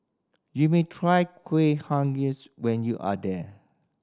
you may try Kueh Bugis when you are there